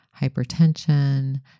hypertension